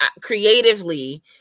creatively